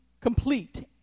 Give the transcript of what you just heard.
complete